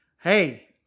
hey